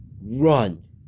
Run